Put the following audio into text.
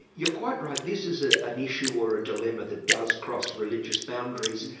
you're quite right, this is ah an issue or a dilemma that does cross religious boundaries.